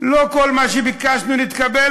לא כל מה שביקשנו התקבל,